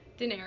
Daenerys